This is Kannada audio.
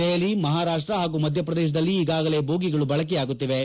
ದೆಹಲಿ ಮಹಾರಾಷ್ಟ ಹಾಗೂ ಮದ್ವಪ್ರದೇತದಲ್ಲಿ ಈಗಾಗಲೇ ಬೋಗಿಗಳು ಬಳಕೆಯಾಗುತ್ತಿವೆ